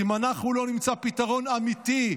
אם אנחנו לא נמצא פתרון אמיתי,